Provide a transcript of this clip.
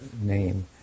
name